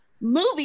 movie